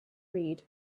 read